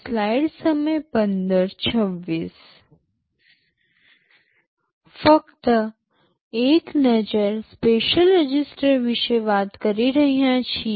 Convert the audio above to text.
ફક્ત એક નજર સ્પેશિયલ રજિસ્ટર વિશે વાત કરી રહ્યા છીએ